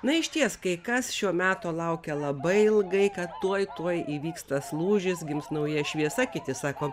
na išties kai kas šio meto laukia labai ilgai kad tuoj tuoj įvyks tas lūžis gims nauja šviesa kiti sako